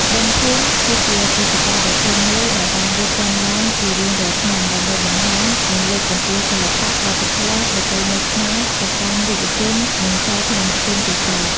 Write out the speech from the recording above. បុណ្យភូមិគឺជាព្រឹត្តិការណ៍ដ៏ធំមួយដែលបានរៀបចំឡើងជារៀងរាល់ឆ្នាំ ដើម្បីបង្ហាញ និងលើកកម្ពស់សិល្បៈ វប្បធម៌ ប្រពៃណីខ្មែរទៅកាន់យុវជន និងសាធារណជនទូទៅ។